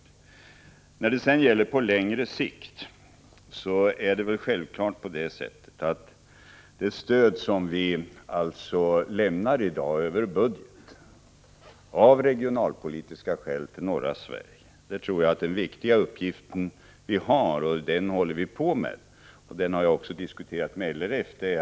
När det gäller frågans handläggning på längre sikt är det självfallet angeläget att finna former för att det stöd som vi av regionalpolitiska skäl varit överens om att lämna till norra Sverige också stannar i norra Sverige.